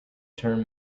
term